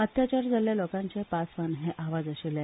अत्याचार जाल्ल्या लोकांचे पासवान हे आवाज आशिल्ले